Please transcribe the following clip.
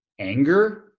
anger